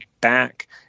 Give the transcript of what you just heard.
back